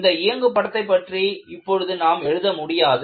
இந்த இயங்கு படத்தை பற்றி இப்பொழுது நாம் எழுத முடியாது